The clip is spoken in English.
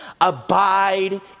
Abide